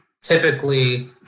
typically